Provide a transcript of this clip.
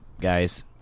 guys